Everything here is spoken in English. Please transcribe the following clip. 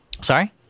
Sorry